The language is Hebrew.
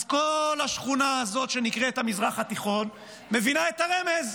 אז כל השכונה הזאת שנקראת המזרח התיכון מבינה את הרמז.